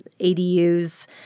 ADUs